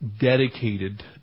dedicated